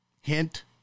Hint